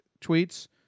tweets